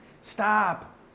Stop